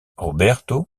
roberto